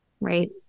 Right